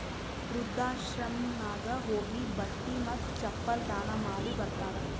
ವೃದ್ಧಾಶ್ರಮನಾಗ್ ಹೋಗಿ ಬಟ್ಟಿ ಮತ್ತ ಚಪ್ಪಲ್ ದಾನ ಮಾಡಿ ಬರ್ತಾರ್